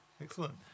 Excellent